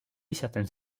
certaines